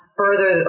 further